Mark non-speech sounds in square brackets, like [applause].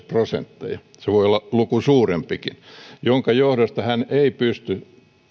[unintelligible] prosentteja se luku voi olla suurempikin minkä johdosta hän ei pysty